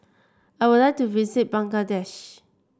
I would like to visit Bangladesh